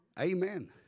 Amen